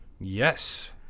Yes